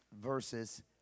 verses